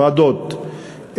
ועדות,